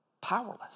powerless